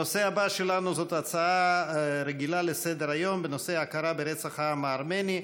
הנושא הבא שלנו זה הצעה רגילה לסדר-היום בנושא: הכרה ברצח העם הארמני,